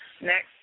Next